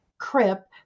Crip